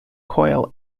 coil